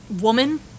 woman